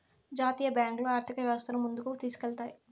జాతీయ బ్యాంకులు ఆర్థిక వ్యవస్థను ముందుకు తీసుకెళ్తాయి